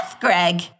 Greg